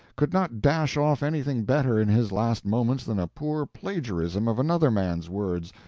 could not dash off anything better in his last moments than a poor plagiarism of another man's words,